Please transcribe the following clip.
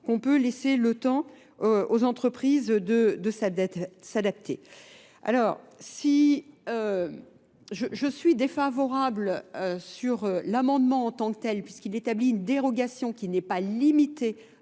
qu'on peut laisser le temps aux entreprises de s'adapter. Alors, si je suis défavorable sur l'amendement en tant que tel puisqu'il établit une dérogation qui n'est pas limitée